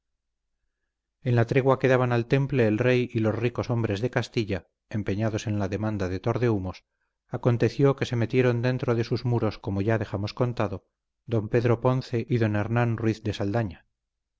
en la tregua que daban al temple el rey y los ricos hombres de castilla empeñados en la demanda de tordehumos aconteció que se metieron dentro de sus muros como ya dejamos contado don pedro ponce y don hernán ruiz de saldaña